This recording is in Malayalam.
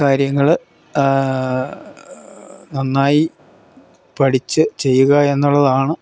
കാര്യങ്ങൾ നന്നായി പഠിച്ച് ചെയ്യുക എന്നുള്ളതാണ്